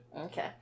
Okay